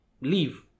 leave